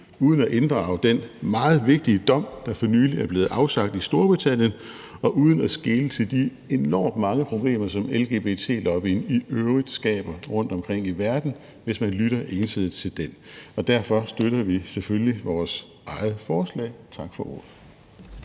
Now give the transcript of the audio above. uden at inddrage den meget vigtige dom, der for nylig er blevet afsagt i Storbritannien, og uden at skele til de enormt mange problemer, som LGBT-lobbyen i øvrigt skaber rundtomkring i verden, hvis man lytter ensidigt til den, og derfor støtter vi selvfølgelig vores eget forslag. Tak for ordet.